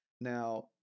Now